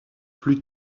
plus